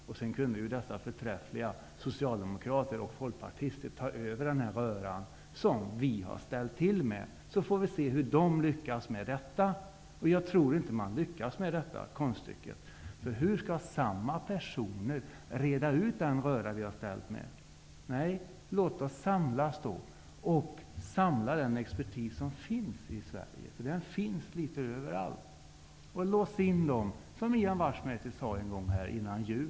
Sedan kunde dessa förträffliga socialdemokrater och folkpartister ta över den röra som vi har ställt till med. Då skulle vi få se hur de skulle lyckas med detta. Jag tror inte att de skulle lyckas med detta konststycke. Hur skall samma personer kunna reda ut den röra som vi har ställt till med? Låt oss samla den expertis som finns i Sverige. Den finns litet överallt. Låt oss göra som Ian Wachtmeister sade innan jul.